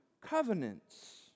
covenants